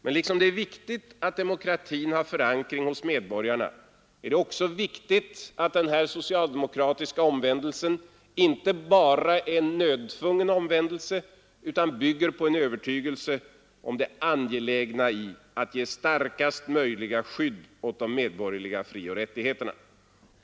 Men liksom det är viktigt att demokratin har förankring hos medborgarna är det också viktigt att den här socialdemokratiska omvändelsen inte bara är en nödtvungen omvändelse utan bygger på en övertygelse om det angelägna i att ge starkaste möjliga skydd åt de medborgerliga frioch rättigheterna.